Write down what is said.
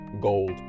gold